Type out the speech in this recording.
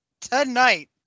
Tonight